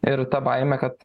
ir ta baimė kad